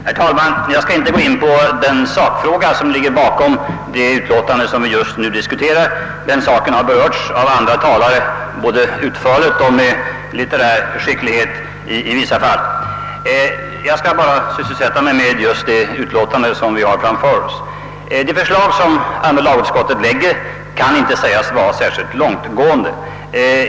Herr talman! Jag skall inte gå in på den sakfråga, som ligger bakom det utlåtande vi just nu diskuterar; den har berörts av andra talare både utförligt och i vissa fall med stor litterär skicklighet. De förslag som andra lagutskottet framlägger kan inte betecknas som särskilt långtgående.